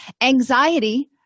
Anxiety